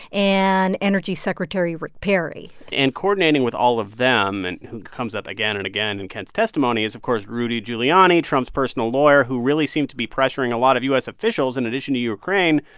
and energy secretary rick perry and coordinating with all of them and who comes up again and again in kent's testimony is, of course, rudy giuliani, trump's personal lawyer, who really seemed to be pressuring a lot of u s. officials, in addition to ukraine,